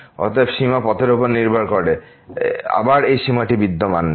অতএব সীমা পথের উপর নির্ভর করে এবং আবার এই সীমাটি বিদ্যমান নেই